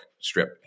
strip